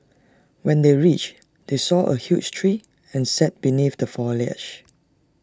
when they reached they saw A huge tree and sat beneath the foliage